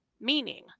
Meaning